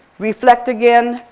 reflect again,